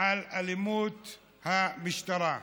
על אלימות המשטרה,